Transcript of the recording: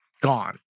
gone